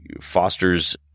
fosters